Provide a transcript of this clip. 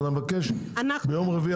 אני מבקש ביום רביעי